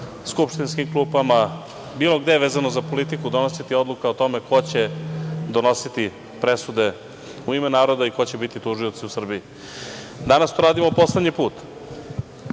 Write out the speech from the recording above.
skupštinskim klupama, bilo gde vezano za politiku, donositi odluka o tome ko će donositi presude u ime naroda i ko će biti tužioci u Srbiji. Danas to radimo poslednji put,